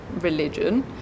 religion